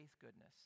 goodness